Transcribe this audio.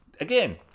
Again